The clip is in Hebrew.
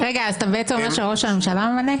אתה אומר שראש הממשלה ממנה?